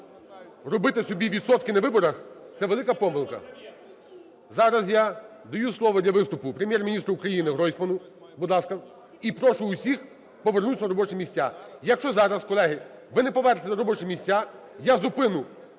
робити собі відсотки на виборах, це велика помилка. Зараз я даю слово для виступу Прем'єр-міністру України Гройсману. Будь ласка. І прошу усіх повернутись на робочі місця. Якщо зараз, колеги, ви не повернетесь на робочі місця, я зупиню